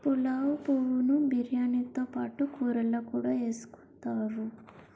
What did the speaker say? పులావు పువ్వు ను బిర్యానీతో పాటు కూరల్లో కూడా ఎసుకుంతారు